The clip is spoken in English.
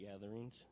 gatherings